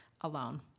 alone